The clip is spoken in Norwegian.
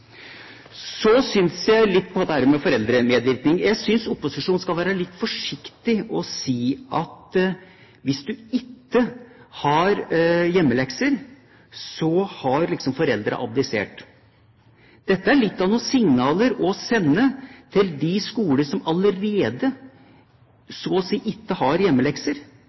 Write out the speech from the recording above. Litt om foreldremedvirkning: Jeg synes opposisjonen skal være litt forsiktig med å si at hvis man ikke har hjemmelekser, har liksom foreldrene abdisert. Dette er litt av noen signaler å sende til de skolene som allerede så å si ikke har hjemmelekser.